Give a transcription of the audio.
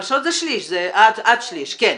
זה עד שליש, כן.